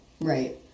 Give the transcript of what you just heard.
right